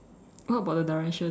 what about the direction